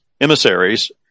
emissaries